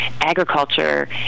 agriculture